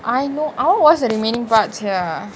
I know I want to watch the remaining parts sia